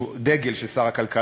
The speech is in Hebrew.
שהוא דגל של שר הכלכלה,